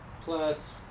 Plus